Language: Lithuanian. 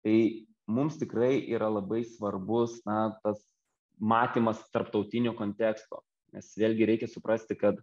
tai mums tikrai yra labai svarbus na tas matymas tarptautinio konteksto nes vėlgi reikia suprasti kad